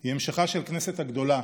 היא המשכה של כנסת הגדולה,